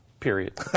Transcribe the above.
period